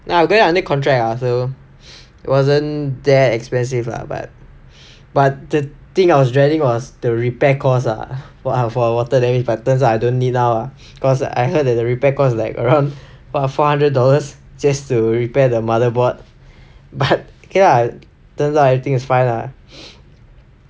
like I buy under contract lah so it wasn't that expensive lah but but the thing I was dreading was the repair costs ah !wah! for water damage but turns out I don't need it lah cause I heard that the repair cost like around four hundred dollars just to repair the motherboard but okay lah turns out everything is fine lah